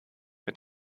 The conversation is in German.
mit